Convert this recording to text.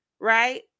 right